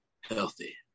Healthy